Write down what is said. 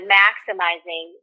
maximizing